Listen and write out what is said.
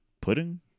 pudding